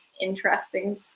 interesting